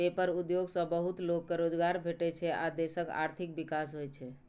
paper उद्योग सँ बहुत लोक केँ रोजगार भेटै छै आ देशक आर्थिक विकास होइ छै